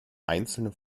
einzelne